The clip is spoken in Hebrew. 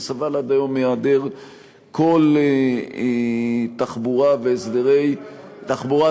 שסבל עד היום מהיעדר כל תחבורה והסדרי תחבורה,